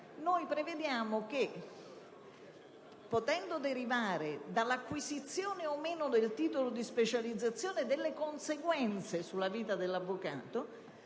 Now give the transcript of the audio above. inoltre che, potendo derivare dall'acquisizione o meno del titolo di specializzazione delle conseguenze sulla vita dell'avvocato